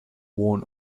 worn